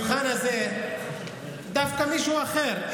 אני ציפיתי שמי שיעמוד במבחן הזה הוא דווקא מישהו אחר,